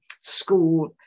school